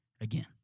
again